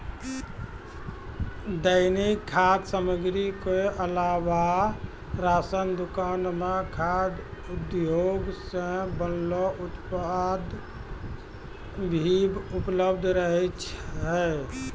दैनिक खाद्य सामग्री क अलावा राशन दुकान म खाद्य उद्योग सें बनलो उत्पाद भी उपलब्ध रहै छै